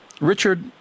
Richard